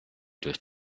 durch